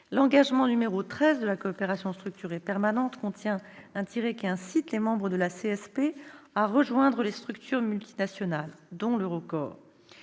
L'engagement n° 13 de la coopération structurée permanente, la CSP, contient un tiret qui incite les membres de la CSP à rejoindre les structures multinationales, dont l'Eurocorps.